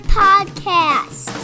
podcast